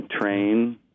train